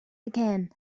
again